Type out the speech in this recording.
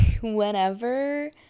whenever